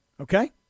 okay